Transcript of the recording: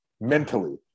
mentally